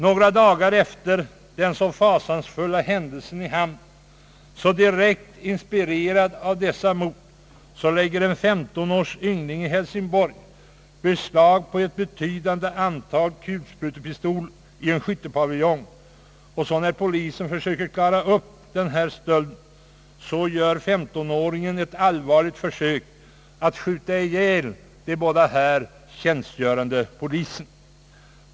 Några dagar efter den fasansfulla händelsen i Handen och direkt inspirerad av dessa mord lägger en 15 års yngling i Hälsingborg beslag på ett betydande antal kulsprutepistoler i en skyttepaviljong. När polisen försöker klara upp stölden, gör 15 åringen ett allvarligt försök att skjuta ihjäl de båda tjänstgörande poliserna.